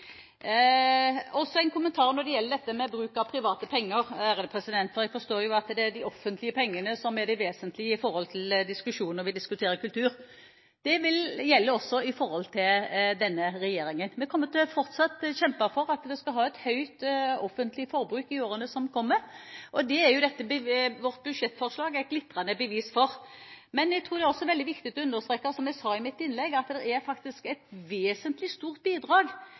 også innovasjon, slik denne regjeringen ser det. Så en kommentar når det gjelder dette med bruk av private penger: Jeg forstår at det er de offentlige pengene som er det vesentlige når vi diskuterer kultur. Det vil også gjelde for denne regjeringen. Vi kommer fortsatt til å kjempe for at vi skal ha et høyt offentlig forbruk i årene som kommer. Det er vårt budsjettforslag et glitrende bevis for. Men jeg tror det også er veldig viktig å understreke – som jeg sa i mitt innlegg – at det faktisk er et vesentlig og stort bidrag